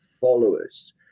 followers